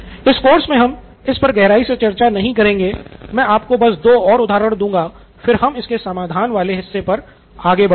इस कोर्स में हम इस पर गहराई से चर्चा नहीं करेंगे मैं आपको बस दो और उदाहरण दूँगा फिर हम इसके समाधान वाले हिस्से पर आगे बढ़ेंगे